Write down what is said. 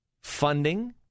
funding